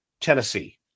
Tennessee